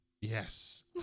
Yes